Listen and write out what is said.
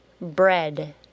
Bread